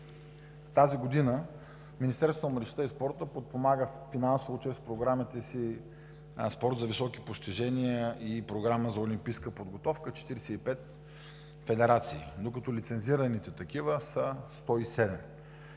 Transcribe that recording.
тази година Министерството на младежта и спорта подпомага финансово чрез програмите си Спорт за високи постижения и Програма за олимпийската подготовка 45 федерации, докато лицензираните такива са 107.